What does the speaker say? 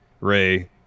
Ray